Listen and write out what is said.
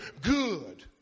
good